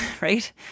right